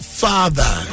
father